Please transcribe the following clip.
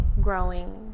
growing